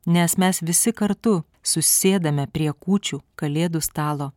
nes mes visi kartu susėdame prie kūčių kalėdų stalo